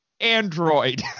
android